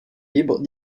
libre